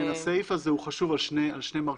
כן, הסעיף הזה הוא חשוב על שני מרכיביו,